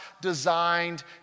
designed